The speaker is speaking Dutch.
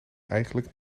eigenlijk